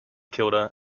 kilda